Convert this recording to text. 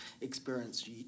experience